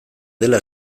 dela